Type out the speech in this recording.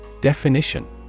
Definition